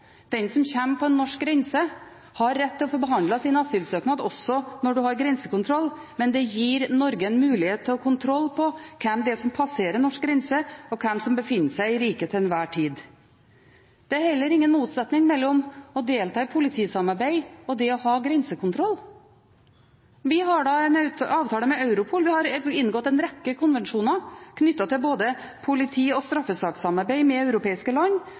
Den som kommer til en norsk grense, har rett til å få behandlet sin asylsøknad også når man har grensekontroll, men det gir Norge en mulighet til å ha kontroll på hvem det er som passerer norsk grense, og hvem som befinner seg i riket til enhver tid. Det er heller ingen motsetning mellom å delta i politisamarbeid og det å ha grensekontroll. Vi har en avtale med Europol, vi har inngått en rekke konvensjoner knyttet til både politi- og straffesakssamarbeid med europeiske land,